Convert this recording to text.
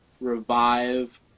revive